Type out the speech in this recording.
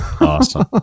Awesome